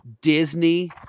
Disney